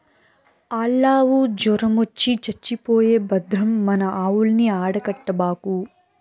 ఆల్లావు జొరమొచ్చి చచ్చిపోయే భద్రం మన ఆవుల్ని ఆడ కట్టబాకు